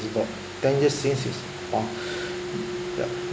it's like ten years since he's gone yup